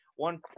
One